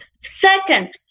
Second